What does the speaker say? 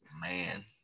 Man